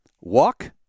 Walk